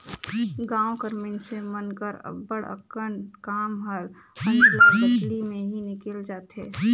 गाँव कर मइनसे मन कर अब्बड़ अकन काम हर अदला बदली में ही निकेल जाथे